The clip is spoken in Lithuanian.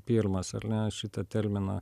pirmas ar ne šitą terminą